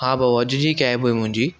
हा पोइ अॼु जी कैब हुई मुंहिंजी